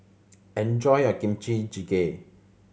enjoy your Kimchi Jjigae